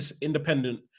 independent